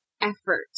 effort